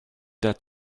that